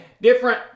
different